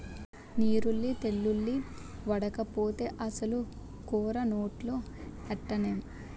నీరుల్లి తెల్లుల్లి ఓడకపోతే అసలు కూర నోట్లో ఎట్టనేం